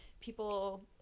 people